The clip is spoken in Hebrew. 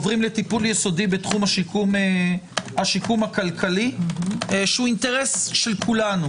עוברים לטיפול יסודי בתחום השיקום הכלכלי שהוא אינטרס של כולנו,